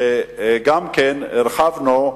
שם גם כן הרחבנו,